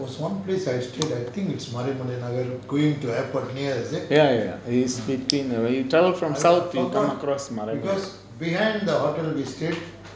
ya ya ya it's between when you travel from south you come across maraimalai nagar